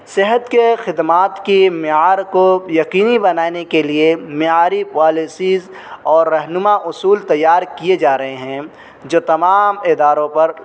صحت کے خدمات کی معیار کو یقینی بنانے کے لیے معیاری پالیسیز اور رہنما اصول تیار کیے جا رہے ہیں جو تمام اداروں پر